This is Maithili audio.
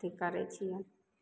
अथि करै छियै